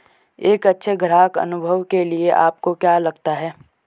एक अच्छे ग्राहक अनुभव के लिए आपको क्या लगता है?